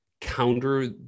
counter